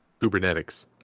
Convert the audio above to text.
kubernetes